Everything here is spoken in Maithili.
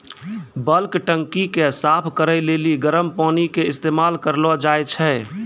बल्क टंकी के साफ करै लेली गरम पानी के इस्तेमाल करलो जाय छै